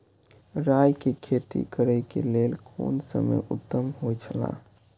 राय के खेती करे के लेल कोन समय उत्तम हुए छला?